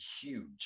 huge